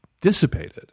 dissipated